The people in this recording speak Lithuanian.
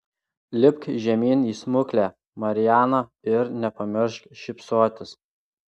lipk žemyn į smuklę mariana ir nepamiršk šypsotis